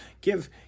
give